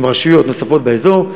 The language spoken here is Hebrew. עם רשויות נוספות באזור.